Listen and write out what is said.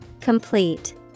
Complete